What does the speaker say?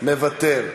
מוותר,